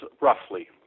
roughly